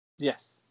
Yes